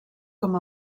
com